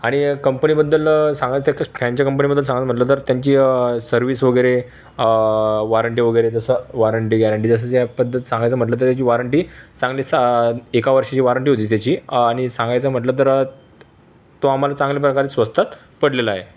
आणि या कंपनीबद्दल सांगायचं तर फॅनच्या कंपनीबद्दल सागायचं म्हटलं तर त्यांची सर्विस वगैरे वारन्टी वगैरे जसं वारन्टी गॅरन्टी जसं ज्या पध्द्त सांगायचं म्हटलं तर याची वॉरन्टी चांगली सहा एका वर्षाची वारंटी होती त्याची आणि सांगायचं म्हटलं तर तो आम्हाला चांगल्या प्रकारे स्वस्तात पडलेला आहे